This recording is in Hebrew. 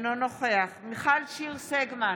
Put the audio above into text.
אינו נוכח מיכל שיר סגמן,